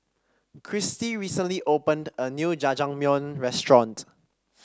Cristy recently opened a new Jajangmyeon Restaurant